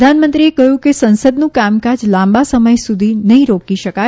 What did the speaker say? પ્રધાનમંત્રીએ કહ્યું કે સંસદનું કામકાજ લાંબા સમય સુધી નહી રોકી શકાય